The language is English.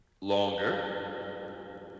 longer